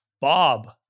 Bob